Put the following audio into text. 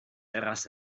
erraz